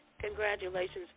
Congratulations